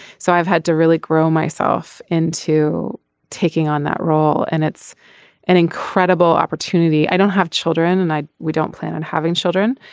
so i've had to really grow myself into taking on that role. and it's an incredible opportunity. i don't have children and i don't plan on having children.